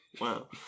Wow